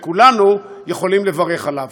שכולנו יכולים לברך עליו.